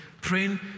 praying